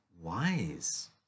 wise